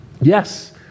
Yes